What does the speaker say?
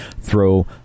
throw